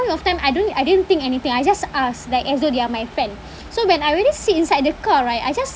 point of time I don't I didn't think anything I just ask like as though they are my friend so when I already sit inside the car right I just